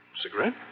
Cigarette